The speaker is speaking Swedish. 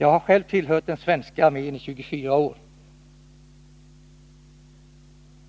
Jag har tillhört den svenska armén i 24 år,